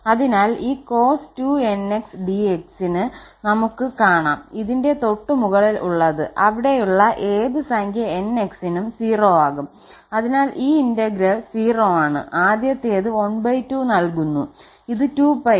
അതിനാൽ ഈ cos 2𝑛𝑥 𝑑𝑥 ന് നമുക് കാണാം ഇതിന്റെ തൊട്ടുമുകളിൽ ഉള്ളത് അവിടെയുള്ള ഏത് സംഖ്യ 𝑛𝑥 നും 0 ആകും അതിനാൽ ഈ ഇന്റഗ്രൽ 0 ആണ് ആദ്യത്തേത് ½ നൽകുന്നു ഇത് 2𝜋 ആണ്